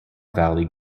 valley